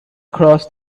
cross